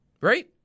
right